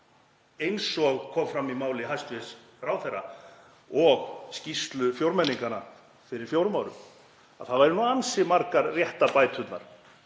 eins og kom fram í máli hæstv. ráðherra og skýrslu fjórmenninganna fyrir fjórum árum, að það væru nú ansi margar réttarbæturnar